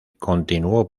continuó